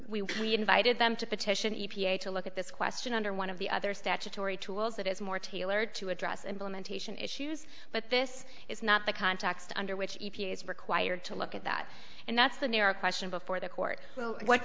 we invited them to petition e p a to look at this question under one of the other statutory tools that is more tailored to address implementation issues but this is not the context under which e p a is required to look at that and that's the new york question before the court well what